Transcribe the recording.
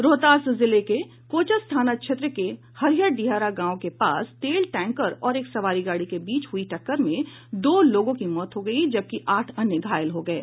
रोहतास जिले के कोचस थाना क्षेत्र के हरिहर डिहरा गांव के पास तेल टैंकर और एक सवारी गाड़ी के बीच हुयी टक्कर में दो लोगो की मौत हो गयी जबकि आठ अन्य घायल हो गये